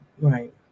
Right